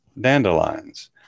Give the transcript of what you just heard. dandelions